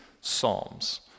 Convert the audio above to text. psalms